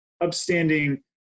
upstanding